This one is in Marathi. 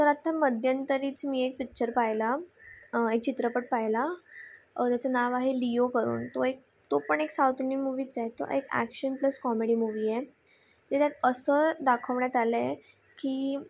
तर आत्ता मध्यंतरीच मी एक पिक्चर पाहिला एक चित्रपट पाहिला त्याचं नाव आहे लिओ करून तो एक तो पण एक साऊथ इंडियन मूवीच आहे तो एक ॲक्शन प्लस कॉमेडी मूवी आहे त्याच्यात असं दाखवण्यात आलं आहे की